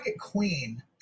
queen